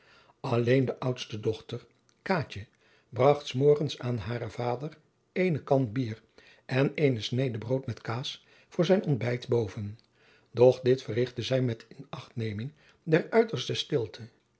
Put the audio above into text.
alleen de oudste dochter kaatje bracht s morgens aan haren vader eene kan bier en eene snede brood met kaas voor zijn ontbijt boven doch dit verrichtte zij met inachtneming der uiterste stilte